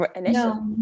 No